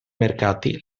mercati